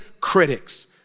critics